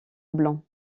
blanc